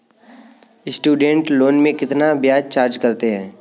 Student loan में कितना ब्याज चार्ज करते हैं?